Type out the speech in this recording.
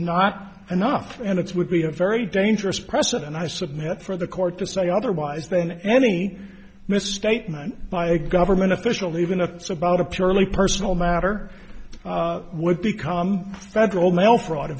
not enough and it's would be a very dangerous precedent i submit for the court to say otherwise than any misstatement by a government official even if it's about a purely personal matter would become federal mail fraud a